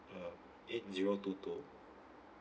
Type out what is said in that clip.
uh eight zero two two